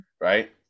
right